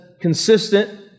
consistent